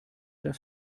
das